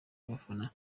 abafana